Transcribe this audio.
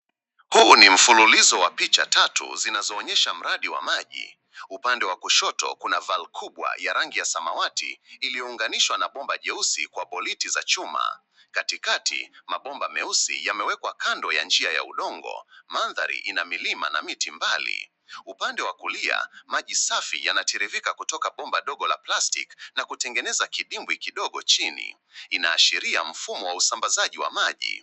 Huu ni mfululizo wa picha tatu zinazoonyesha mradi wa maji. Upande wa kushoto kuna val kubwa ya rangi ya samawati iliyounganishwa na bomba jeusi kwa boliti za chuma. Katikati mabomba meusi yamewekwa kando ya njia ya udongo. Mandhari ina milima na miti mbali. Upande wa kulia, maji safi yanatiririka kutoka bomba dogo la plastic [] na kutiririka kutengeneza kidimbwi kidogo chini. Inaashiria mfumo wa usambazaji wa maji.